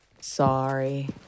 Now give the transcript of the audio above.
Sorry